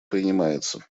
принимается